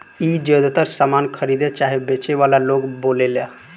ई ज्यातर सामान खरीदे चाहे बेचे वाला लोग बोलेला